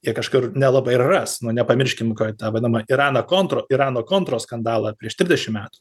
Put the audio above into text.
jie kažkur nelabai ir ras nu nepamirškim kad tą vadinamą iraną kontro irano kontros skandalą prieš trisdešimt metų